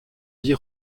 vit